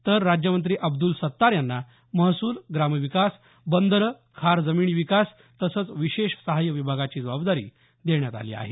तर राज्यमंत्री अब्द्ल सत्तार यांना महसूल ग्रामविकास बंदो खार जमिनी विकास तसंच विशेष सहाय्य विभागाची जबाबदारी देण्यात आली आहे